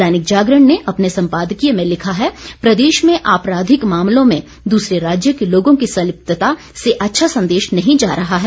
दैनिक जागरण ने अपने संपादकीय में लिखा है प्रदेश में आपराधिक मामलों में दूसरे राज्यों के लोगों की संलिप्तता से अच्छा संदेश नहीं जा रहा है